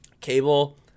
cable